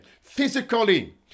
physically